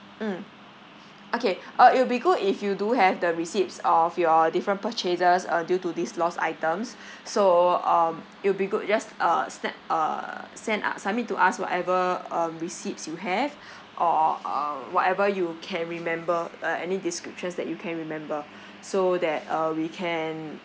mm okay uh it will be good if you do have the receipts of your different purchases uh due to these lost items so um it'll be good just uh snap uh send uh submit to us whatever um receipts you have or uh whatever you can remember uh any descriptions that you can remember so that uh we can